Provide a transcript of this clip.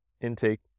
intake